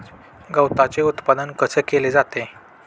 गवताचे उत्पादन कसे केले जाते?